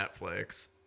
Netflix